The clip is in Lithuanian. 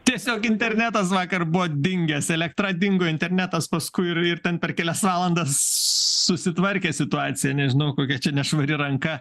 tiesiog internetas vakar buvo dingęs elektra dingo internetas paskui ir ir ten per kelias valandas susitvarkė situacija nežinau kokia čia nešvari ranka